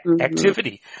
activity